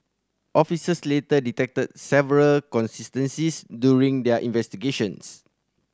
officers later detected several inconsistencies during their investigations